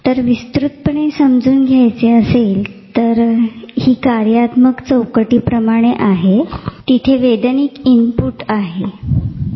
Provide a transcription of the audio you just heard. तर विस्तृपणे समजून घ्यायचे असेल तर हि कार्यात्मक चौकटीप्रमाणे आहे तिथे वेद्निक माहिती आहे उदा